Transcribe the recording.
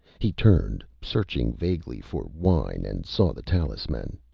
he turned, searching vaguely for wine, and saw the talisman.